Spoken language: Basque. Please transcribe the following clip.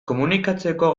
komunikatzeko